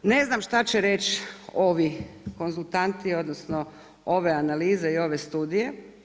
Ne znam šta će reć ovi konzultanti odnosno ove analize i ove studije.